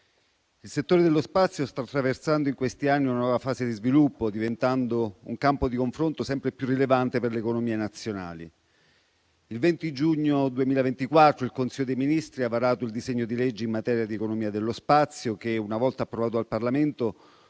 il settore dello spazio sta attraversando in questi anni una nuova fase di sviluppo, diventando un campo di confronto sempre più rilevante per le economie nazionali. Il 20 giugno 2024 il Consiglio dei ministri ha varato il disegno di legge in materia di economia dello spazio che, una volta approvato dal Parlamento,